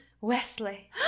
Wesley